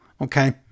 Okay